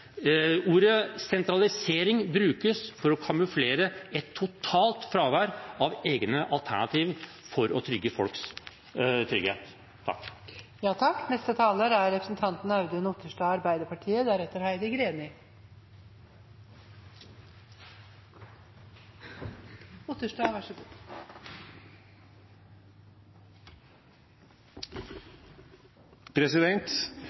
Ordet «sentralisering» brukes for å kamuflere et totalt fravær av egne alternativer for å sikre folks trygghet.